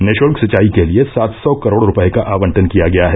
निःश्ल्क सिंचाई के लिये सात सौ करोड़ रूपये का आवंटन किया गया है